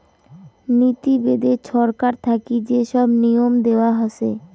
নীতি বেদে ছরকার থাকি যে সব নিয়ম দেয়া হসে